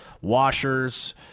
washers